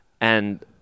and-